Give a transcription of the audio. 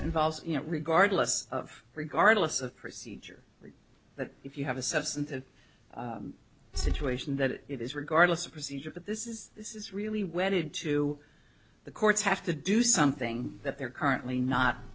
involves you know regardless of regardless of procedure that if you have a substantive situation that it is regardless of procedure that this is this is really wedded to the courts have to do something that they're currently not